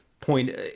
point